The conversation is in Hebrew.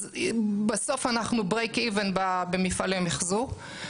אז בסוף אנחנו break even במפעלי המחזור.